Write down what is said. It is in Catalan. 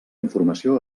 informació